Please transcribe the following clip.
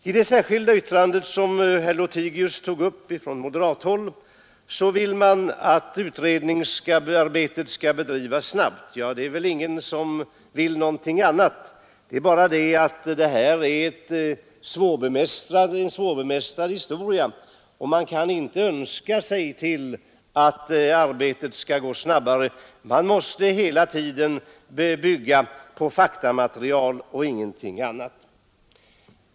I det särskilda yttrandet från moderat håll som herr Lothigius talade om vill man att utredningsarbetet skall bedrivas snabbt, och det är väl ingen som vill någonting annat. Det är bara det att vi här rör oss med en svårbemästrad materia, och man kan inte önska sig till att arbetet skall gå snabbare. Man måste hela tiden bygga på faktamaterial och ingenting annat.